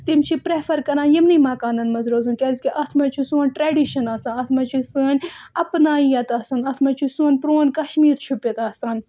تِم چھِ پرٛٮ۪فَر کَران یِمنٕے مکانَن منٛز روزُن کیٛازِکہِ اَتھ منٛز چھُ سون ٹرٛیڈِشَن آسان اَتھ منٛز چھِ سٲنۍ اَپنایت آسان اَتھ منٛز چھُ سون پرٛون کشمیٖر چھُپِتھ آسان